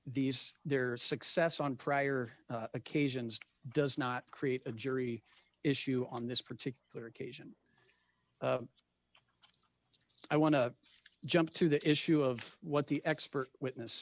these their success on prior occasions does not create a jury issue on this particular occasion i want to jump to that issue of what the expert witness